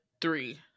three